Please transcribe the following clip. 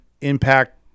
impact